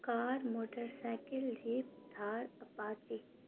car motor cycle jeep Thar apache